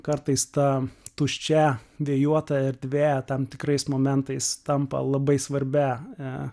kartais ta tuščia vėjuota erdvė tam tikrais momentais tampa labai svarbia